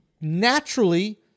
naturally